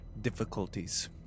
difficulties